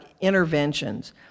interventions